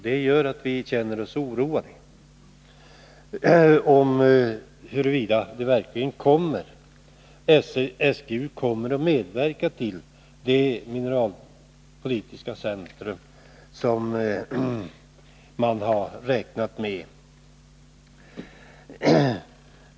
Det gör att vi känner oss oroade och att vi frågar oss, om SGU verkligen kommer att medverka till att vi får det mineralpolitiska centrum i Luleå som vi har räknat med.